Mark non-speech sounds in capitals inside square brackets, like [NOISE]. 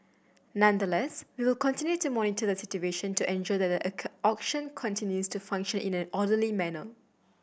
nonetheless we will continue to monitor the situation to ensure that the [UNINTELLIGIBLE] auction continues to function in an orderly manner